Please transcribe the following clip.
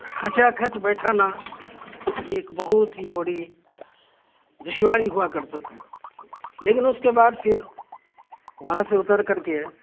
کھچا کھچ بیٹھانا یہ ایک بہت ہی بڑی دشواری ہوا کرتا تھا لیکن اس کے بعد پھر وہاں سے اتر کر کے